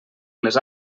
les